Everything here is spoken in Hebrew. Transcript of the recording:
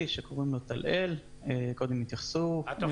שקוראים לו טל-אל שקודם התייחסו אליו.